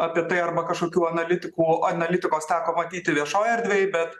apie tai arba kažkokių analitikų analitikos teko matyti viešoj erdvėj bet